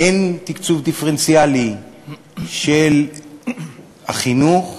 אין תקצוב דיפרנציאלי של החינוך.